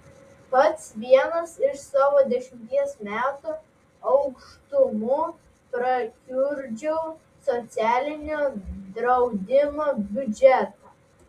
pats vienas iš savo dešimties metų aukštumų prakiurdžiau socialinio draudimo biudžetą